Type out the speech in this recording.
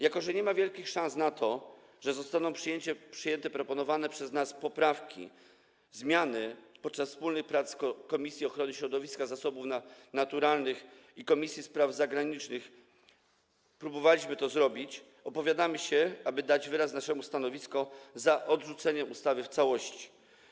Jako że nie ma wielkich szans na to, że zostaną przyjęte proponowane przez nas poprawki, zmiany podczas wspólnych prac komisji ochrony środowiska, zasobów naturalnych i Komisji Spraw Zagranicznych, a próbowaliśmy to zrobić, opowiadamy się - aby dać wyraz naszemu stanowisku - za odrzuceniem ustawy w całości.